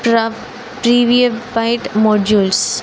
ప్ర prefabricated modules